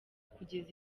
kugeza